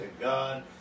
God